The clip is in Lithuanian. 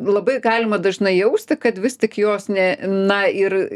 labai galima dažnai jausti kad vis tik jos ne na ir